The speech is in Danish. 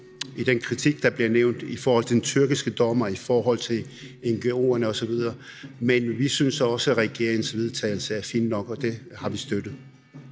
i den kritik, der bliver fremført, i forhold til den tyrkiske dommer, ngo'erne osv., men vi synes også, at regeringens forslag til vedtagelse er fint nok, og det har vi støttet.